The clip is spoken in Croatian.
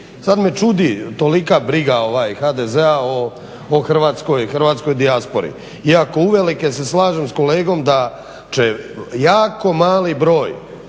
Sada me čudi tolika briga HDZ-a o hrvatskoj dijaspori. Iako uvelike se slažem s kolegom da će jako mali broj